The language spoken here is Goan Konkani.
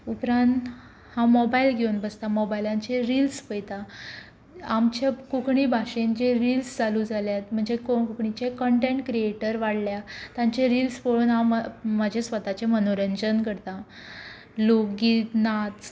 उपरांत हांव मोबायल घेवून बसता मोबायलाचेर रिल्स पयतां आमच्या कोंकणी भाशेंत जे रिल्स चालू जाल्यात म्हणचे कोंकणीचे कन्टॅंट क्रिएटर वाडल्या तांचे रिल्स पळोवन हांव म्हाजें स्वताचें मनोरंजन करतां लोकगीत नाच